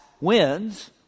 wins